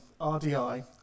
RDI